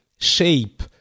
shape